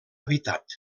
habitat